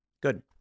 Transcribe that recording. Good